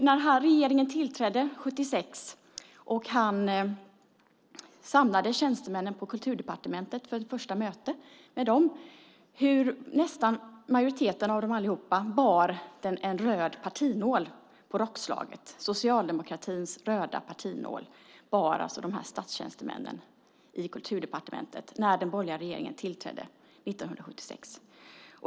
När regeringen tillträdde 1976 och han samlade tjänstemännen på Kulturdepartementet för ett första möte med dem bar majoriteten av dem en röd partinål på rockslaget. De här statstjänstemännen på Kulturdepartementet bar alltså socialdemokratins röda partinål när den borgerliga regeringen tillträdde 1976.